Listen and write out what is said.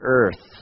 earth